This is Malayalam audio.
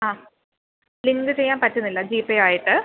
ആ ലിങ്ക് ചെയ്യാൻ പറ്റുന്നില്ല ജിപേ ആയിട്ട്